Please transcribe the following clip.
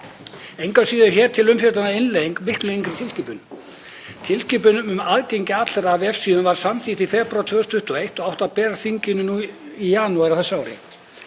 Engu að síður er hér til umfjöllunar að innleiða miklu yngri tilskipun. Tilskipun um aðgengi allra að vefsíðum var samþykkt í febrúar 2021 og átti að berast þinginu í janúar á þessu ári.